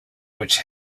which